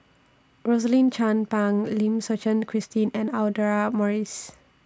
Rosaline Chan Pang Lim Suchen Christine and Audra Morrice